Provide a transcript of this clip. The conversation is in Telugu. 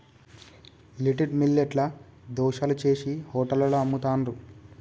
లిటిల్ మిల్లెట్ ల దోశలు చేశి హోటళ్లలో అమ్ముతాండ్రు